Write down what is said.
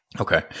Okay